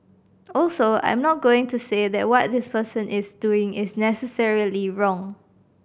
also I'm not going to say that what this person is doing is necessarily wrong